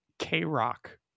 k-rock